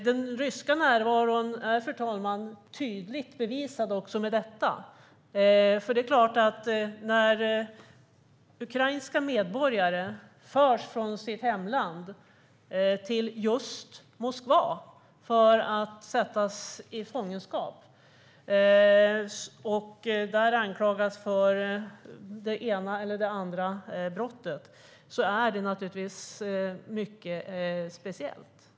Den ryska närvaron är, fru talman, tydligt bevisad också med detta, för när ukrainska medborgare förs från sitt hemland till just Moskva för att sättas i fångenskap och där anklagas för det ena eller det andra brottet är det naturligtvis speciellt.